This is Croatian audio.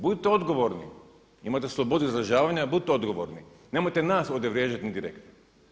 Budite odgovorni, imajte slobodu izražavanja, budite odgovorni, nemojte nas ovdje vrijeđati indirektno.